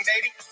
baby